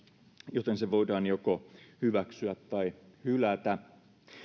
joten se voidaan joko hyväksyä tai hylätä